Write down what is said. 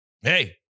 Hey